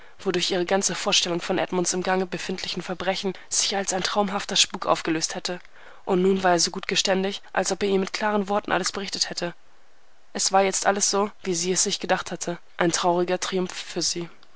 wodurch ihre ganze vorstellung von edmunds im gange befindlichen verbrechen sich als ein traumhafter spuk aufgelöst hätte und nun war er so gut geständig als ob er mit klaren worten alles berichtet hätte es war alles so wie sie es sich gedacht hatte ein trauriger triumph für sie